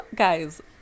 Guys